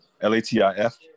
L-A-T-I-F